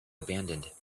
abandoned